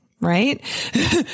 right